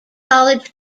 college